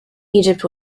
egypt